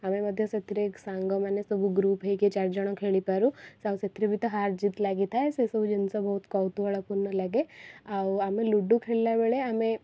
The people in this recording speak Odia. ଆମେ ମଧ୍ୟ ସେଥିରେ ସାଙ୍ଗମାନେ ସବୁ ଗ୍ରୁପ ହେଇକି ଚାରିଜଣ ଖେଳିପାରୁ ଆଉ ସେଥିରେ ବି ତ ହାର ଜିତ ଲାଗିଥାଏ ସେ ସବୁ ଜିନିଷ ବହୁତ କୌତୁହଳପୂର୍ଣ୍ଣ ଲାଗେ ଆଉ ଆମେ ଲୁଡ଼ୁ ଖେଳିଲାବେଳେ ଆମେ